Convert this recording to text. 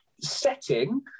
setting